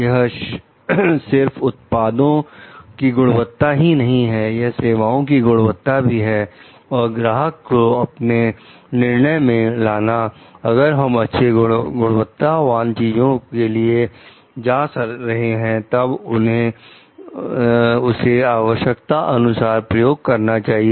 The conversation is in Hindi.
यह शेर उत्पादों की गुणवत्ता ही नहीं है यह सेवाओं की गुणवत्ता भी है और ग्राहक को अपने निर्णय में लाना अगर हम अच्छे गुणवत्तावान चीजों के लिए जा रहे हैं तब उन्हें उसे आवश्यकता अनुसार प्रयोग करना चाहिए